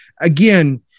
again